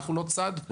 אנחנו לא צד פה.